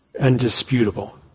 undisputable